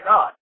God